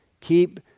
Keep